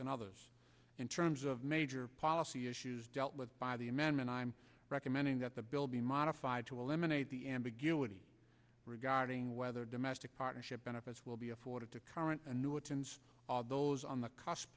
and others in terms of major policy issues dealt with by the amendment i'm recommending that the bill be modified to eliminate the ambiguity regarding whether domestic partnership benefits will be afforded to current annuitants those on the cost